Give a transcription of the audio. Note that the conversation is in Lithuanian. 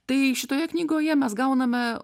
tai šitoje knygoje mes gauname